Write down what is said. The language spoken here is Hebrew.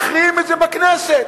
מכריעים על זה בכנסת.